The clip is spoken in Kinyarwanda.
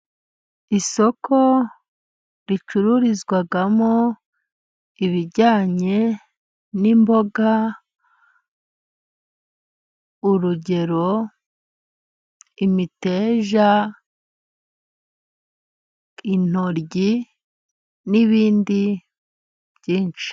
Isoko ricururizwamo ibijyanye n'imboga. Urugero imiteja, intoryi n'ibindi byinshi.